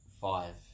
Five